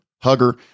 hugger